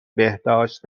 بهداشت